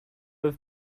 have